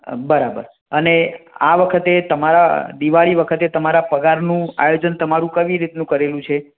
બરાબર અને આ વખતે તમારાં દિવાળી વખતે તમારાં પગારનું આયોજન તમારું કેવી રીતનું કરેલું છે